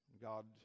God